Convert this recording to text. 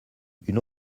une